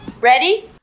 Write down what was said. Ready